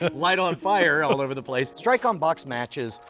ah light on fire all over the place. strike-on-box matches,